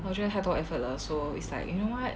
我觉得太多 effort 了 so it's like you know what